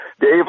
Dave